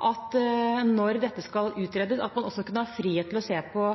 at man også kanskje kunne ha frihet til å se på